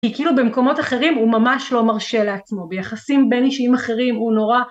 כי כאילו במקומות אחרים הוא ממש לא מרשה לעצמו, ביחסים בין אישיים אחרים הוא נורא